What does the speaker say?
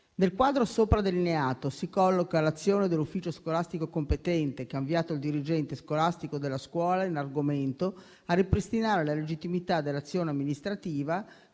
Nel quadro sopra delineato si colloca l'azione dell'Ufficio scolastico competente, che ha invitato il dirigente scolastico della scuola in argomento, a ripristinare la legittimità dell'azione amministrativa,